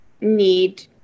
need